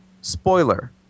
Spoiler